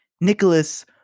Nicholas